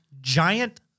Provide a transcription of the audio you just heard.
giant